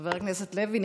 חבר הכנסת לוי,